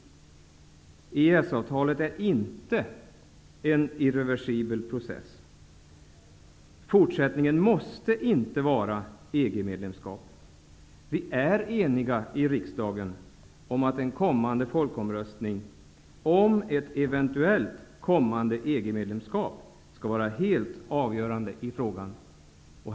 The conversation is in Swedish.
EES är inte en irreversibel process. Fortsättningen måste inte bli ett EG-medlemskap. Vi är eniga i riksdagen om att folkomröstningen om ett eventuellt kommande EG-medlemskap skall vara helt avgörande i frågan.